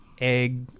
egg